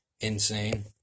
insane